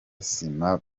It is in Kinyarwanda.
sima